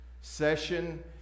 session